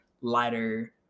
lighter